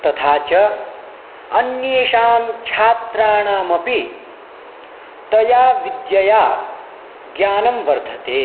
तथा च अन्येषां छात्राणामपि तया विद्यया ज्ञानं वर्धते